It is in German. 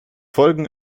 folgen